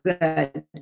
good